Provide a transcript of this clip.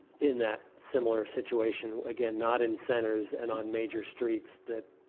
in that similar situation, again, not in centers and on major streets that